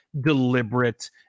deliberate